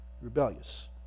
Rebellious